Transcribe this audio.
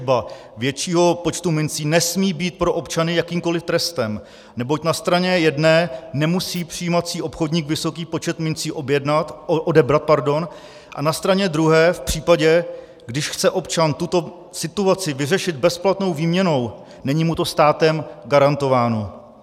Držba většího počtu mincí nesmí být pro občany jakýmkoliv trestem, neboť na straně jedné nemusí přijímací obchodník vysoký počet mincí odebrat, a na straně druhé, v případě, když chce občan tuto situaci vyřešit bezplatnou výměnou, není mu to státem garantováno.